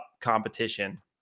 competition